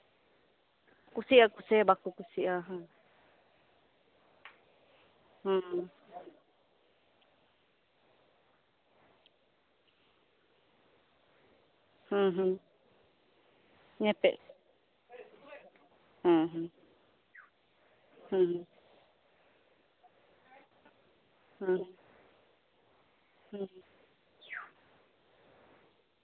ᱠᱩᱥᱤᱜᱼᱟ ᱠᱩᱥᱤᱜᱼᱟ ᱵᱟᱠᱚ ᱠᱩᱥᱤᱜᱼᱟ ᱦᱮᱸ